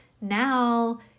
now